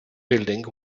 building